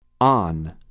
On